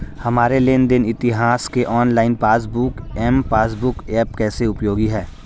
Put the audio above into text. हमारे लेन देन इतिहास के online passbook m passbook app कैसे उपयोगी है?